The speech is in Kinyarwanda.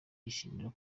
yishimira